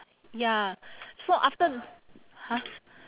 ya so after !huh!